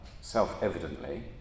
self-evidently